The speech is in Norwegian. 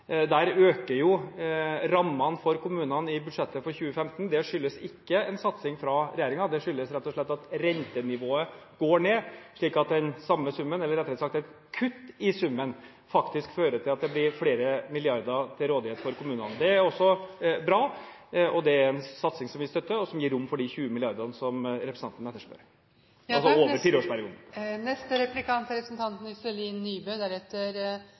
kommunene i budsjettet for 2015. Det skyldes ikke en satsing fra regjeringen. Det skyldes rett og slett at rentenivået har gått ned, slik at den samme summen, eller rettere sagt et kutt i summen, faktisk fører til at det blir flere milliarder til rådighet for kommunene. Det er også bra. Det er en satsing som vi støtter, og som gir rom for de 20 mrd. kr, altså over fireårsperioden, som representanten etterspør. Jeg tror de aller fleste av oss vet at fysisk aktivitet er